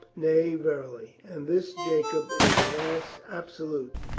nay, verily. and this jacob is an ass absolute.